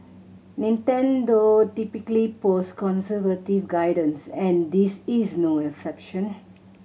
Nintendo typically posts conservative guidance and this is no exception